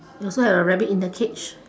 you also have a rabbit in the cage